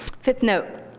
fifth note.